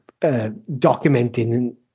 documenting